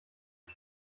die